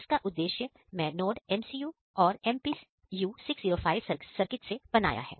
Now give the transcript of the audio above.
इस उद्देश्य के लिए मैं NodeMCU और MPU 6050 सर्किट से बनाया गया है